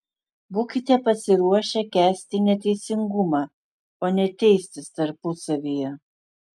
būkite pasiruošę kęsti neteisingumą o ne teistis tarpusavyje